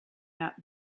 that